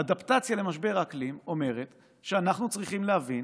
האדפטציה למשבר האקלים אומרת שאנחנו צריכים להבין